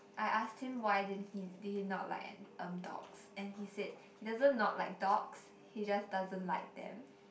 I asked him why didn't he did he not like ani~ um dogs and he said he doesn't not like dogs he just doesn't like them